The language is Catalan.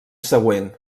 següent